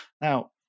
Now